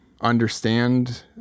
understand